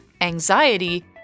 anxiety